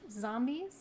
Zombies